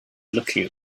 looking